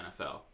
NFL